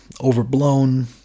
overblown